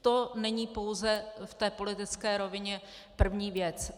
To není pouze v politické rovině první věc.